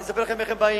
אני אספר איך הם באים.